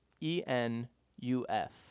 E-N-U-F